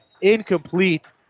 incomplete